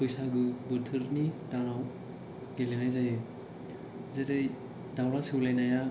बैसागु बोथोरनि दानाव गेलेनाय जायो जेरै दाउला सौलायनाया